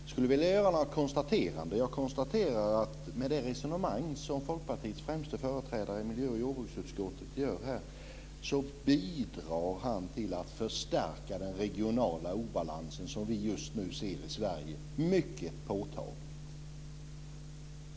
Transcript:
Fru talman! Jag skulle vilja göra några konstateranden. Jag konstaterar att med det resonemang som Folkpartiets främste företrädare i miljö och jordbruksutskottet för här bidrar han till att mycket påtagligt förstärka den regionala obalans som vi just nu ser i Sverige.